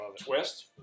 twist